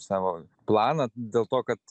savo planą dėl to kad